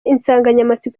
insanganyamatsiko